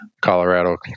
Colorado